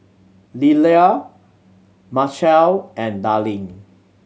Lelia Machelle and Darline